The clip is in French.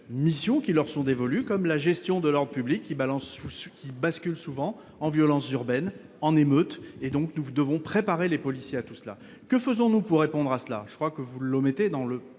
missions qui leur sont dévolues, comme la gestion de leur public qui balance ou ceux qui basculent souvent en violences urbaines en émeute et donc nous devons préparer les policiers à tout cela, que faisons-nous pour répondre à cela, je crois que vous le mettez dans le